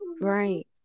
Right